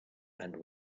and